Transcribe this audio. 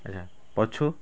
ଆଚ୍ଛା ପଛୁ